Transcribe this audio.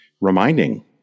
reminding